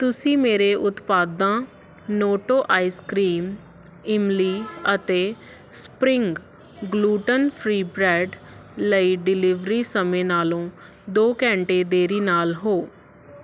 ਤੁਸੀਂ ਮੇਰੇ ਉਤਪਾਦਾਂ ਨੋਟੋ ਆਈਸ ਕਰੀਮ ਇਮਲੀ ਅਤੇ ਸਪਰਿੰਗ ਗਲੁਟਨ ਫ੍ਰੀ ਬ੍ਰੈਡ ਲਈ ਡਿਲੀਵਰੀ ਸਮੇਂ ਨਾਲੋਂ ਦੋ ਘੰਟੇ ਦੇਰੀ ਨਾਲ ਹੋ